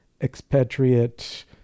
expatriate